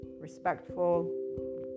respectful